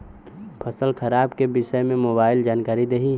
फसल खराब के विषय में मोबाइल जानकारी देही